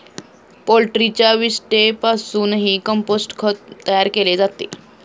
पोल्ट्रीच्या विष्ठेपासूनही कंपोस्ट खत तयार केले जाते